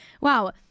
Wow